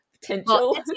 potential